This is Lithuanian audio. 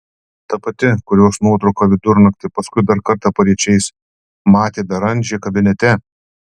ta pati kurios nuotrauką vidurnaktį paskui dar kartą paryčiais matė beranžė kabinete